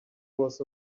was